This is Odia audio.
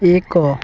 ଏକ